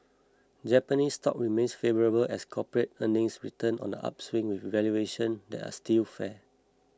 Japanese stocks remain favourable as corporate earnings return on the upswing with valuations that are still fair